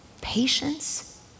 patience